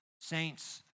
Saints